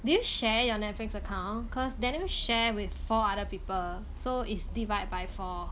do you share your Netflix account cause daniel share with four other people so is divide by four